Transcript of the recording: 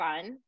fun